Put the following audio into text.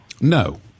No